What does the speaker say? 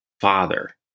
father